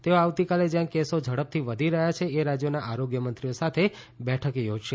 તેઓ આવતીકાલે જ્યાં કેસો ઝડપથી વધી રહ્યા છે એ રાજ્યોના આરોગ્યમંત્રીઓ સાથે બેઠક યોજશે